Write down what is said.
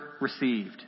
received